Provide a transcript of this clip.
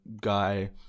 guy